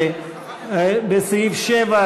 הסתייגות מס' 12 לסעיף 7,